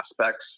aspects